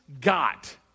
got